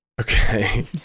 Okay